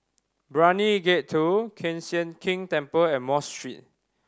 Brani Gate Two Kiew Sian King Temple and Mosque Street